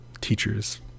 teachers